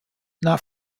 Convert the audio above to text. not